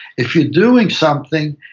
if you're doing something,